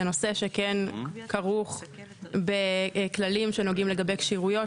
זה נושא שכן כרוך בכללים בכללים שנוגעים לגבי כשירויות,